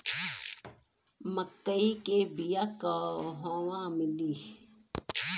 मक्कई के बिया क़हवा मिली?